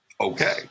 okay